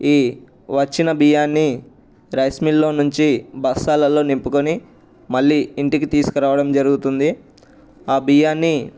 ఈ వచ్చిన బియ్యాన్ని రైస్ మిల్లో నుంచి బస్తాలలో నింపుకొని మళ్ళీ ఇంటికి తీసుకురావడం జరుగుతుంది ఆ బియ్యాన్ని